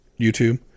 YouTube